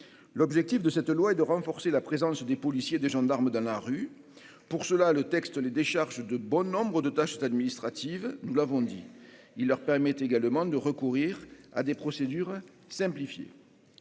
l'objectif de cette loi et de renforcer la présence des policiers, des gendarmes dans la rue pour cela le texte, les décharges de bons nombres de tâches administratives, nous l'avons dit il leur permet également de recourir à des procédures simplifiées